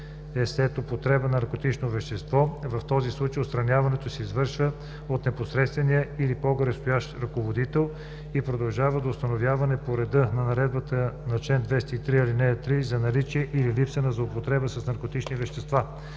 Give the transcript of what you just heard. е след употреба на наркотично вещество; в този случай отстраняването се извършва от непосредствения или по-горестоящия ръководител и продължава до установяване по реда на наредбата по чл. 203, ал. 3 на наличие или липса на злоупотреба с наркотични вещества.“